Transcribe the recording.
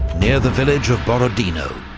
near the village of borodino,